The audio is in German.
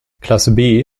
klasse